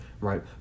right